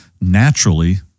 naturally